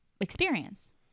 experience